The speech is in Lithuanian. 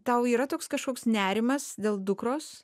tau yra toks kažkoks nerimas dėl dukros